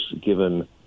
given